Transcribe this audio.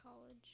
college